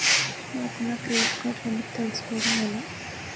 నాకు నా credit card limit తెలుసుకోవడం ఎలా?